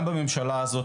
גם בממשלה הזאת,